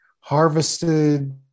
harvested